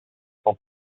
cent